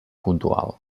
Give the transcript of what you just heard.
puntual